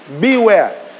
Beware